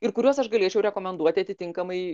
ir kuriuos aš galėčiau rekomenduoti atitinkamai